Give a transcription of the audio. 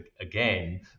again